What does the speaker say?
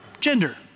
gender